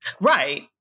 Right